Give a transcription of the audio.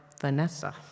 Vanessa